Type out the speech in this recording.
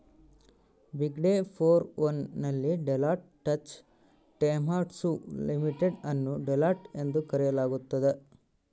ಬಿಗ್ಡೆ four one ನಲ್ಲಿ Deloitte Touche Tohmatsu Limited ಅನ್ನು Deloitte ಎಂದು ಕರೆಯಲಾಗ್ತದ